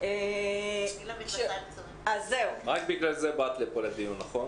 רק בגלל זה באת לפה לדיון, נכון?